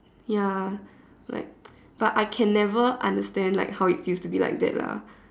ya like but I can never understand that how it feels to be like that lah